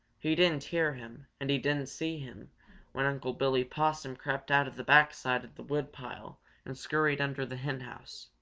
he didn't hear him and he didn't see him when unc' billy possum crept out of the back side of the woodpile and scurried under the henhouse.